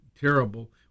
terrible